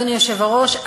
אדוני היושב-ראש,